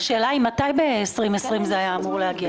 השאלה היא מתי בשנת 2020 זה אמור היה להגיע.